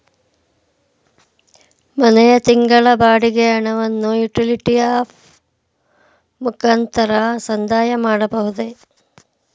ಮನೆಯ ತಿಂಗಳ ಬಾಡಿಗೆ ಹಣವನ್ನು ಯುಟಿಲಿಟಿ ಆಪ್ ಮುಖಾಂತರ ಸಂದಾಯ ಮಾಡಬಹುದೇ?